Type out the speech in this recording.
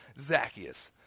Zacchaeus